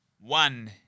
one